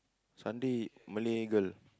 Sunday Malay girl